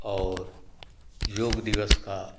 और योग दिवस का